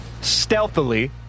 stealthily